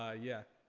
ah yeah,